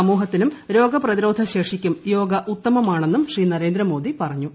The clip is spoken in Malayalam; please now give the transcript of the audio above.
സമൂഹത്തിനും രോഗപ്രതിരോധശേഷിക്കും യോഗ ഉത്തമമാണെന്നും ശ്രീ നരേന്ദ്രമോദി പറഞ്ഞു